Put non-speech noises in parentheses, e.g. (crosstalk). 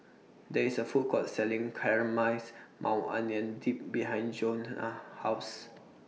There IS A Food Court Selling (unintelligible) Maui Onion Dip behind Johnna's House